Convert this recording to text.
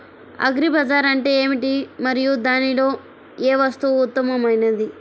Agri bazaar అంటే ఏమిటి మరియు దానిలో ఏ వస్తువు ఉత్తమమైనది?